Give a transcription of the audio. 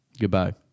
Goodbye